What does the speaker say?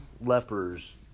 lepers